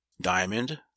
diamond